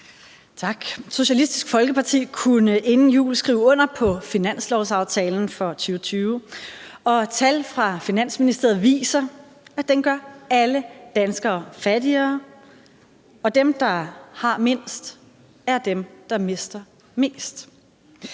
Socialistisk Folkeparti kunne inden jul skrive under på finanslovsaftalen for 2020, og tal fra Finansministeriet viser, at den gør alle danskere fattigere, og at dem, der har mindst, er dem, der mister mest.